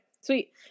sweet